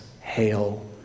hail